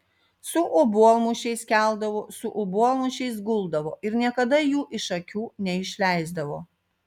su obuolmušiais keldavo su obuolmušiais guldavo ir niekada jų iš akių neišleisdavo